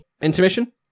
Intermission